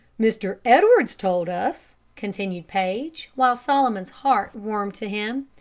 mr. edwards told us, continued paige, while solomon's heart warmed to him,